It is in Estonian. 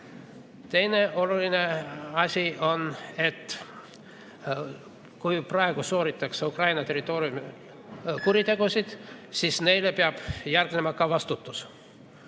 Teine oluline asi on, et kui praegu sooritatakse Ukraina territooriumil kuritegusid, siis neile peab järgnema ka vastutus